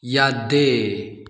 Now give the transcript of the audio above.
ꯌꯥꯗꯦ